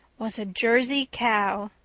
was a jersey cow!